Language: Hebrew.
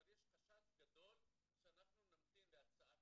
אבל יש חשש גדול שאנחנו נמתין להצעת